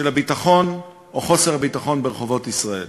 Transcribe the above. של הביטחון או חוסר הביטחון ברחובות ישראל.